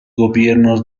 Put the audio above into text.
gobiernos